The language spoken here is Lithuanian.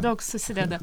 daug susideda